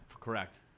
correct